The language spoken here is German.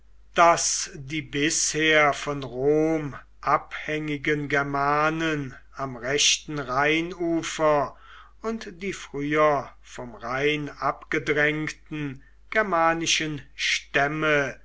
daß die bisher von rom abhängigen germanen am rechten rheinufer und die früher vom rhein abgedrängten germanischen stämme